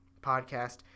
podcast